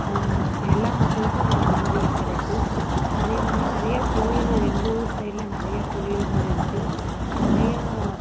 எல்லா மக்களுக்கும் அங்கே அனுமதி கிடைக்கும் அதேமாதிரி நிறையா கோயில் எங்கள் ஊர் சைடில் நிறைய கோயில்கள் இருக்குது நிறையா